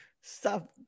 Stop